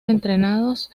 entrenados